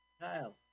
Kyle